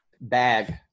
bag